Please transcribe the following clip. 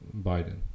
Biden